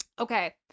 Okay